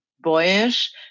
boyish